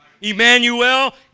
Emmanuel